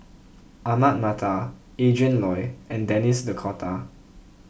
Ahmad Mattar Adrin Loi and Denis D'Cotta